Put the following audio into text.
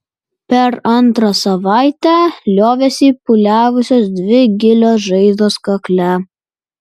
per antrą savaitę liovėsi pūliavusios dvi gilios žaizdos kakle